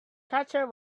catcher